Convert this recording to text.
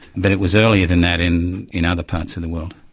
but it was earlier than that in in other parts of the world.